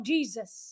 Jesus